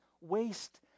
waste